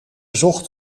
zocht